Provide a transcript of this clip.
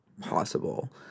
possible